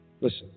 listen